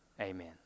Amen